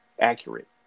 accurate